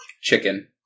chicken